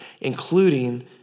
including